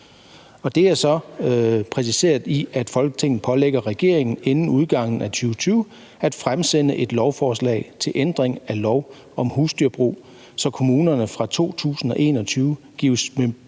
at det skal ske, ved at Folketinget pålægger regeringen inden udgangen af 2020 at fremsætte et lovforslag til ændring af lov om husdyrbrug, så kommunerne fra 2021 gives